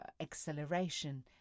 acceleration